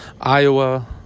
Iowa